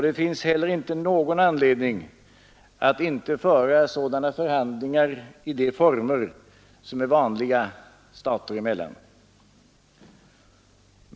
Det finns heller inte någon anledning att inte föra sådana förhandlingar i de former som är vanliga stater emellan.